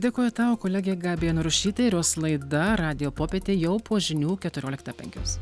dėkoju tau kolegė gabija narušytė ir jos laida radijo popietė jau po žinių keturioliktą penkios